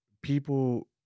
people